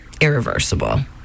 irreversible